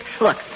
Look